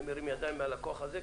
אני מרים ידיים מהלקוח הזה,